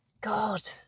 god